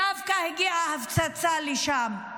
דווקא הגיעה ההפצצה לשם.